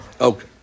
okay